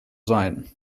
sein